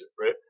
right